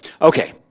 Okay